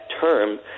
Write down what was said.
term